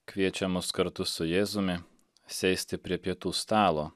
kviečia mus kartu su jėzumi sėsti prie pietų stalo